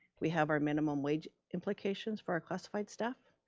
we have our minimum wage implications for our classified staff.